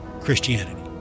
Christianity